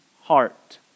heart